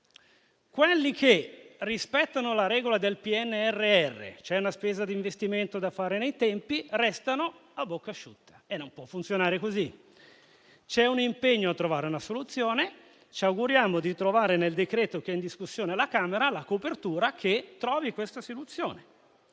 quelli che rispettano la regola del PNRR, cioè una spesa per investimento da fare nei tempi, restano a bocca asciutta. Non può funzionare così. C'è un impegno a trovare una soluzione e ci auguriamo di trovare nel decreto-legge che è in discussione alla Camera la copertura che trovi questa soluzione,